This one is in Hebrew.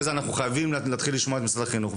כך אנחנו חייבים להתחיל לשמוע את משרד החינוך.